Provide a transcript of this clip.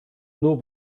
nur